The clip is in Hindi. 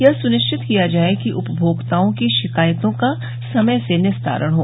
यह सुनिश्चित किया जाये कि उपभोक्ताओं की शिकायतों का समय से निस्तारण हो